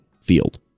field